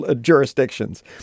jurisdictions